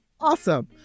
awesome